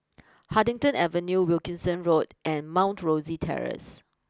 Huddington Avenue Wilkinson Road and Mount Rosie Terrace